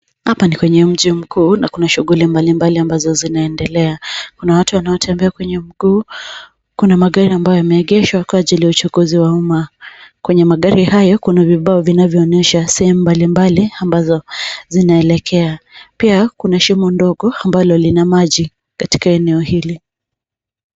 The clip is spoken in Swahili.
Hapa ni kwenye maji mkuu na shughuli mbalimbali amvazo zinaendelea. Kuna watu wanaotembea kwenye mguu, kuna magari ambayo yameegeshwa kwa ajili ya uchukuzi w umma. Kwenye magari hayo kuna vibao vinavyoonyesha sehemu mbalimbali ambazo zinaelekea. Pia kuna shimo ndogo ambalo lina maji katika eneo hili.